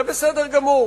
זה בסדר גמור: